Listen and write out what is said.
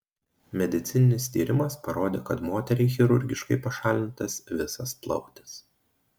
medicininis tyrimas parodė kad moteriai chirurgiškai pašalintas visas plautis